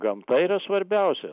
gamta yra svarbiausia